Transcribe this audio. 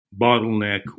bottleneck